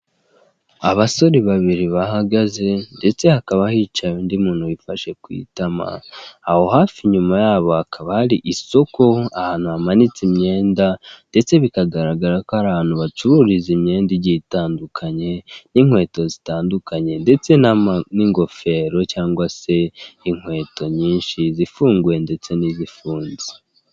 Abasore babiri bahagaze ndetse hakaba hicaye undi muntu wifashe ku itama, aho hafi nyuma yabo hakaba hari isoko ahantu hamanitse imyenda, ndetse bikagaragara ko ari ahantu bacururiza imyenda igitandukanye n'inkweto zitandukanye ndetse n'ingofero cyangwa se inkweto nyinshi zifunguye ndetse n'izifunze.